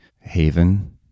haven